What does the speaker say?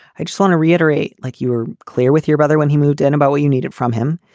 i just want to reiterate, like you were clear with your brother when he moved in about what you needed from him.